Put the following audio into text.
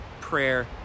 prayer